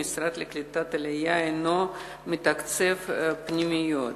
המשרד לקליטת העלייה אינו מתקצב פנימיות.